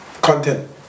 Content